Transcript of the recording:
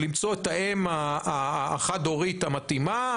למצוא את האם החד הורית המתאימה,